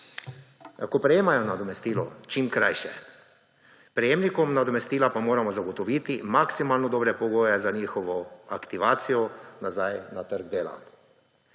ko prejemajo nadomestilo, čim krajše. Prejemnikom nadomestila pa moramo zagotoviti maksimalno dobre pogoje za njihovo aktivacijo nazaj na trg dela.